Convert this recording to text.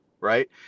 right